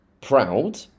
proud